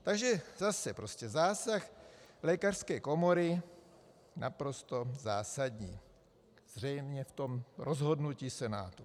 Takže zase, zásah lékařské komory naprosto zásadní zřejmě v tom rozhodnutí Senátu.